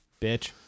Bitch